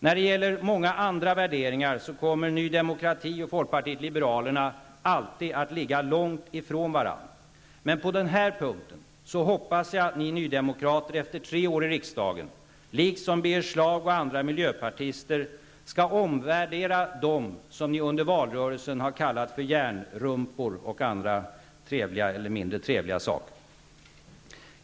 När det gäller många andra värderingar kommer ny demokrati och folkpartiet liberalerna alltid att ligga långt ifrån varandra, men på den här punkten hoppas jag att ni nydemokrater, efter tre år i riksdagen, liksom Birger Schlaug och andra miljöpartister, skall omvärdera dem som ni under valrörelsen har kallat för järnrumpor och andra mindre trevliga saker.